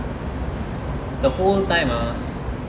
the whole time ah